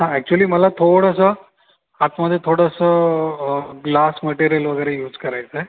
हां ॲक्चुली मला थोडंसं आतमध्ये थोडंसं ग्लास मटेरियल वगैरे यूज करायचं आहे